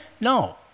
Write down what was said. No